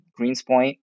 Greenspoint